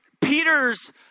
Peter's